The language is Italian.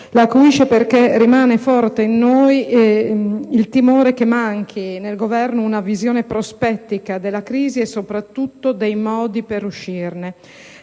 la acuisce, perché rimane forte in noi il timore che manchi nel Governo una visione prospettica della crisi, e soprattutto dei modi per uscirne.